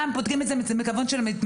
פעם בודקים את זה מכיוון של התמחויות,